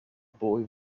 boy